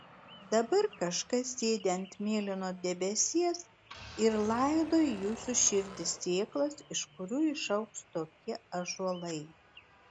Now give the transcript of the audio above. dabar kažkas sėdi ant mėlyno debesies ir laido į jūsų širdį sėklas iš kurių išaugs tokie ąžuolai